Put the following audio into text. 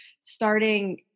starting